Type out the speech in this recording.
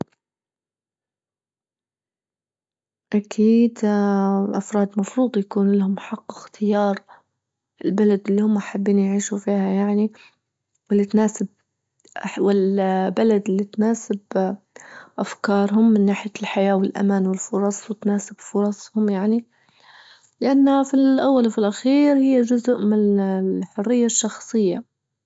أكيد اه الأفراد مفروض يكون لهم حق إختيار البلد اللي هما حابين يعيشوا فيها يعني واللي تناسب أحوال البلد اللي تناسب أفكارهم من ناحية الحياة والأمان والفرص وتناسب فرصهم يعني لأنه في الأول وفي الأخير هي جزء من الحرية الشخصية.